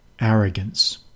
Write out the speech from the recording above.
arrogance